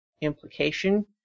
implication